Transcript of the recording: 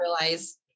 realize